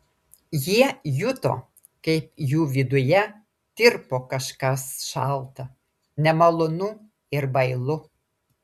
jie juto kaip jų viduje tirpo kažkas šalta nemalonu ir bailu